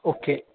okay